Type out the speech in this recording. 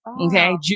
okay